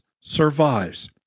survives